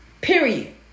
Period